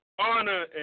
honor